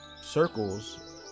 circles